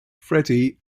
freddy